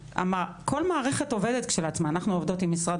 כל מערכת עובדת כשלעצמה אנחנו עובדות עם משרד